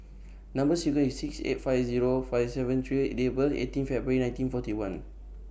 Number sequence IS S six eight five five seven three K and Date of birth IS eighteen February nineteen forty one